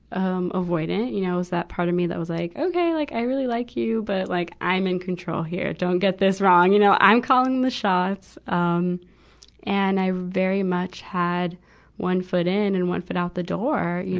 um, avoidant. you know, it was that part of me that was like, okay, like i really like you, but like i'm in control here. don't get this wrong. you know, i'm calling the shots. um and i very much had one foot in and one foot out the door, you